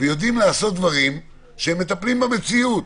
ויודעים לעשות דברים שמטפלים במציאות.